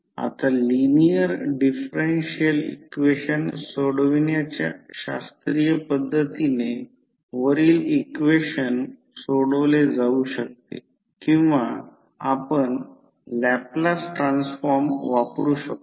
आता linear differential equation सोडवण्याच्या शास्त्रीय पद्धतीने वरील इक्वेशन सोडवले जाऊ शकते किंवा आपण लॅपलास ट्रान्सफॉर्म वापरु शकतो